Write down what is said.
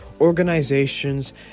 organizations